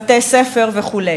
בתי-ספר וכו'.